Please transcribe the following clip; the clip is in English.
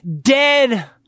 dead